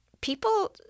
people